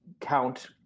count